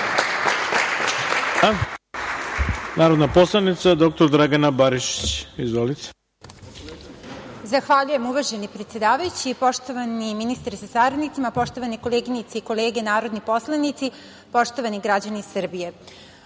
Narodna poslanica, doktor Dragana Barišić. Izvolite. **Dragana Barišić** Zahvaljujem, uvaženi predsedavajući, poštovani ministre sa saradnicima, poštovane koleginice i kolege narodni poslanici, poštovani građani Srbije,